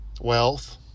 wealth